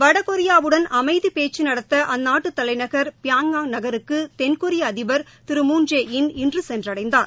வடகொரியாவுடன் அமைதி பேச்சு நடத்த அற்நாட்டு தலைநகர் பியாங்யாங் நகரக்கு தென்கொரிய அதிபர் திரு மூன் ஜே இன் இன்று சென்றடைந்தார்